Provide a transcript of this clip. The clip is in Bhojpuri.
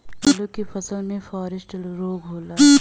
आलू के फसल मे फारेस्ट रोग होला?